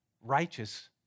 righteous